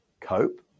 cope